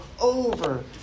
over